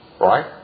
Right